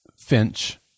Finch